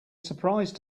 surprise